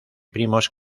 primos